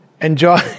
enjoy